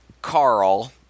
Carl